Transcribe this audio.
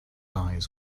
eyes